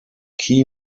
key